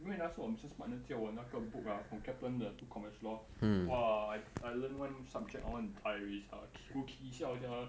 因为那时候我 C smart 借我那个 book ah from kaplan 的读 commercial law !wah! I I learn one subject I want to die already sia go kee siao sia